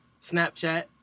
Snapchat